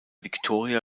victoria